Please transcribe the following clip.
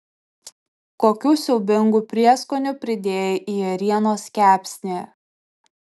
kokių siaubingų prieskonių pridėjai į ėrienos kepsnį